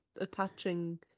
attaching